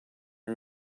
are